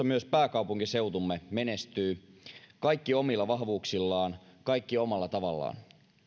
myös pääkaupunkiseutumme menestyy kaikki omilla vahvuuksillaan kaikki omalla tavallaan